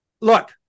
look